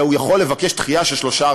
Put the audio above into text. והוא יכול לבקש דחייה של שלושה,